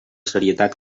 serietat